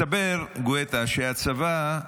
גואטה, מסתבר שהצבא,